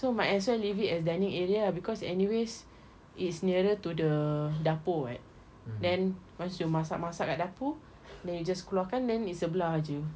so might as well leave it as dining area ah because anyway it's nearer to the dapur [what] then once you masak-masak kat dapur then you just keluar kan then it's sebelah jer